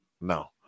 No